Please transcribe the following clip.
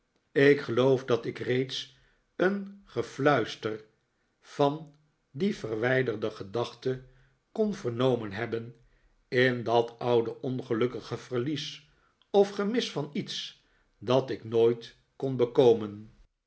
ik geloof dat ik reeds een gefluister van die verwijderde gedachte kon vernomen hebben in dat oude ongelukkige verlies of gemis van iets dat ik nooit kon bekomen